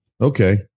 Okay